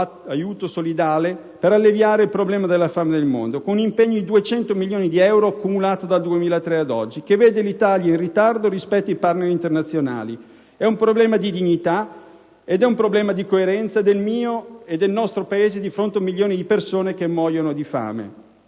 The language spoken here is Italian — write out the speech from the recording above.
aiuto solidale per alleviare il problema della fame nel mondo, con un impegno di 200 milioni di euro accumulato dal 2003 ad oggi, che vede l'Italia in ritardo rispetto ai *partner* internazionali. È un problema di dignità e di coerenza del mio e nostro Paese di fronte ad un milione di persone che muoiono di fame.